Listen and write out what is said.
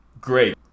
great